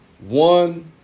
one